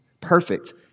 perfect